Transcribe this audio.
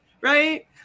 Right